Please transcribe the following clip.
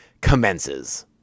commences